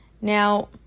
now